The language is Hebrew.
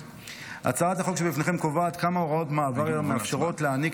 הצעת החוק שבפניכם קובעת כמה הוראות מעבר המאפשרות להעניק